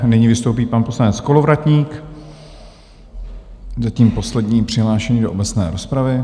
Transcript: Nyní vystoupí pan poslanec Kolovratník, zatím poslední přihlášený do obecné rozpravy.